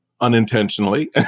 unintentionally